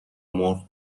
مرغ